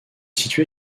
situé